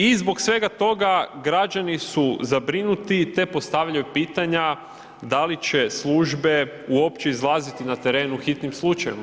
I zbog svega toga građani su zabrinuti te postavljaju pitanja, da li će službe uopće izlaziti na teren u hitnim slučajevima.